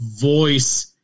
voice